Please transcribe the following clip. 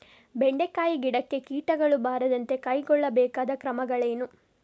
ಬೆಂಡೆಕಾಯಿ ಗಿಡಕ್ಕೆ ಕೀಟಗಳು ಬಾರದಂತೆ ಕೈಗೊಳ್ಳಬೇಕಾದ ಕ್ರಮಗಳೇನು?